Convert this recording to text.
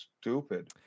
stupid